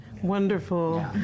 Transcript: Wonderful